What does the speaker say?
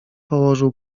położył